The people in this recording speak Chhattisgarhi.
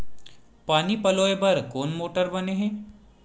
पानी पलोय बर कोन मोटर बने हे?